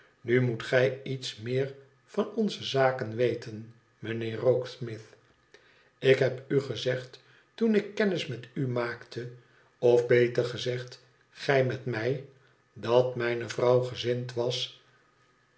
nu moet gij iets meer van onze zaken weten mijnheer rokesmith ik heb u gezegd toen ik kennis met n maakte of beter gezegd gij met mij dat mijne vrouw gezind was